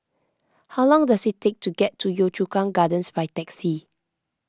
how long does it take to get to Yio Chu Kang Gardens by taxi